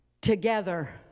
together